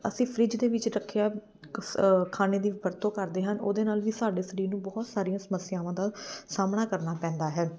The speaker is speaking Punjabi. ਅਸੀਂ ਫਰਿੱਜ਼ ਦੇ ਵਿੱਚ ਰੱਖਿਆ ਖਾਣੇ ਦੀ ਵਰਤੋਂ ਕਰਦੇ ਹਨ ਉਹਦੇ ਨਾਲ ਵੀ ਸਾਡੇ ਸਰੀਰ ਨੂੰ ਬਹੁਤ ਸਾਰੀਆਂ ਸਮੱਸਿਆਵਾਂ ਦਾ ਸਾਹਮਣਾ ਕਰਨਾ ਪੈਂਦਾ ਹੈ